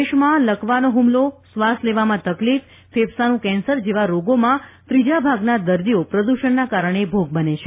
દેશમાં લકવાનો હુમલો શ્વાસ લેવામાં તકલીફ ફેફસાંનું કેન્સર જેવા રોગોમાં ત્રીજા ભાગના દર્દીઓ પ્રદ્રષણના કારણે ભોગ બને છે